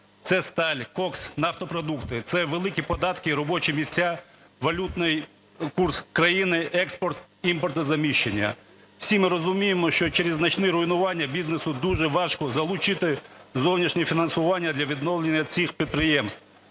це сталь, кокс, нафтопродукти, це великі податки і робочі місця, валютний курс країни, експорт, імпортозаміщення. Всі ми зуміємо, що через значні руйнування бізнесу дуже важко залучити зовнішнє фінансування для відновлення цих підприємств.